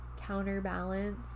counterbalance